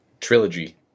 Trilogy